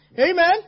Amen